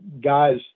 Guys